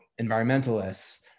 environmentalists